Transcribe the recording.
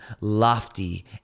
lofty